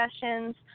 sessions